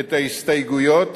את ההסתייגויות